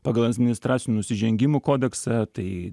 pagal administracinių nusižengimų kodeksą tai